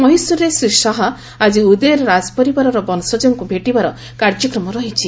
ମହୀଶୂର୍ରେ ଶ୍ରୀ ଶାହା ଆଜି ଉଦେୟର୍ ରାଜପରିବାରର ବଂଶଜଙ୍କୁ ଭେଟିବାର କାର୍ଯ୍ୟକ୍ରମ ରହିଛି